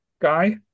guy